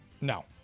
No